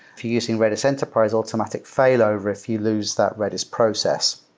if you're using redis enterprise, automatic failover if you lose that redis process.